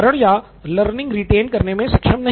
ठीक है